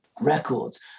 records